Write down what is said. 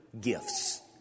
Gifts